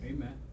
Amen